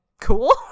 cool